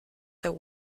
there